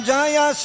Jaya